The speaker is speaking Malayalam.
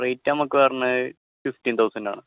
റേറ്റ് നമുക്ക് വരുന്നത് ഫിഫ്റ്റീൻ തൗസൻഡ് ആണ്